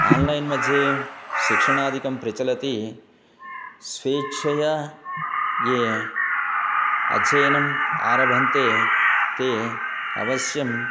online मध्ये शिक्षणादिकं प्रचलति स्वेच्छया ये अध्ययनम् आरभन्ते ते अवश्यं